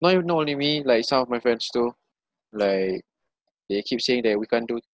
no ya not only me like some of my friends too like they keep saying that we can't do